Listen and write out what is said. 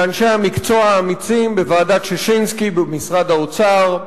לאנשי המקצוע האמיצים בוועדת-ששינסקי במשרד האוצר,